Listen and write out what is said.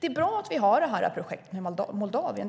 Det är bra att vi har det här projektet med Moldavien.